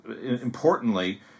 importantly